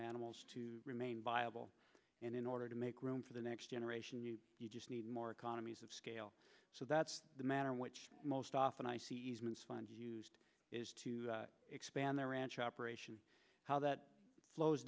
animals to remain viable and in order to make room for the next generation you need more economies of scale so that's the manner in which most often i see easements funds used to expand their ranch operation how that flows